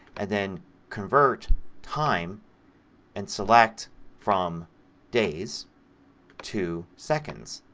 then convert time and select from days to seconds.